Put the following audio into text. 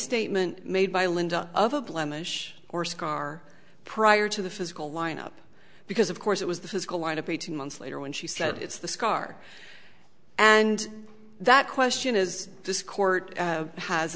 statement made by linda of a blemish or scar prior to the physical lineup because of course it was the physical lineup eighteen months later when she said it's the scar and that question is this court